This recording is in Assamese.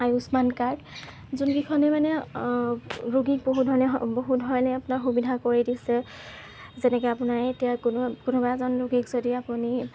আয়ুস্মান কাৰ্ড যোনকেইখনে মানে ৰোগীক বহুতধৰণে বহুতধৰণে আপোনাৰ সুবিধা কৰি দিছে যেনেকৈ আপোনাৰ এতিয়া কোনো কোনোবা এজন ৰোগীক যদি আপুনি